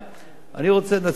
אני רוצה לנצל את ההזדמנות,